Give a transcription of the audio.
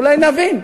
אולי נבין.